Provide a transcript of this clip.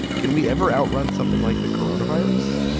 can we ever outrun something like the coronavirus?